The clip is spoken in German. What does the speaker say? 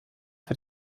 für